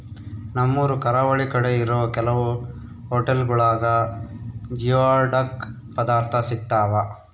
ನಮ್ಮೂರು ಕರಾವಳಿ ಕಡೆ ಇರೋ ಕೆಲವು ಹೊಟೆಲ್ಗುಳಾಗ ಜಿಯೋಡಕ್ ಪದಾರ್ಥ ಸಿಗ್ತಾವ